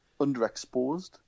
Underexposed